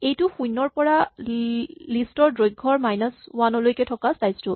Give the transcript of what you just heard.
এইটো শূণ্যৰ পৰা লিষ্ট ৰ দৈৰ্ঘ্য মাইনাচ ৱান লৈকে থকা স্লাইচ টো